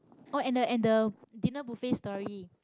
oh and the and the dinner buffet story